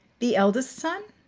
the eldest son?